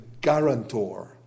guarantor